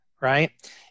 right